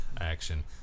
action